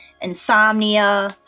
insomnia